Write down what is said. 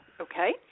Okay